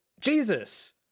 Jesus